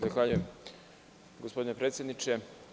Zahvaljujem gospodine predsedniče.